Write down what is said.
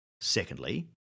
Secondly